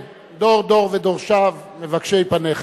כן, דור דור ודורשיו, מבקשי פניך.